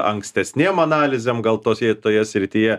ankstesniems analizėm gal tos jei toje srityje